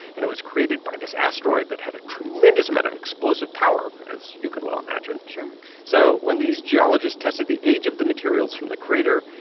and it was created by this asteroid that had a tremendous amount of explosive power, as you can well imagine sure so when these geologists tested the age of the materials from the crater,